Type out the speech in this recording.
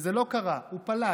וזה לא קרה, הוא פלש.